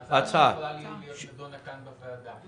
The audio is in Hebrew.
זו הצעה שיכולה להיות נדונה כאן בוועדה.